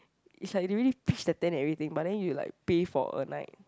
is like they already pitch the tent and everything but then you like pay for a night